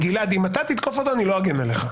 גלעד, אם אתה תתקוף אותו אני לא אגן עליך.